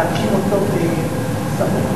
להקים אותו סמוך לתל-אביב.